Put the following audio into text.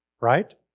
right